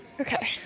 Okay